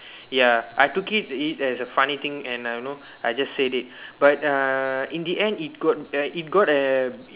ya I took it it as a funny thing and um you know I just said it but uh in the end it got uh it got a